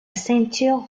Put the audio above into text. ceinture